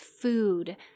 food